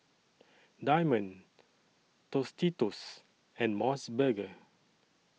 Diamond Tostitos and Mos Burger